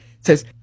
says